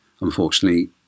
unfortunately